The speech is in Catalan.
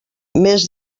mes